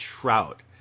Trout